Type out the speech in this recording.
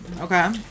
Okay